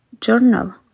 journal